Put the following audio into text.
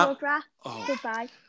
goodbye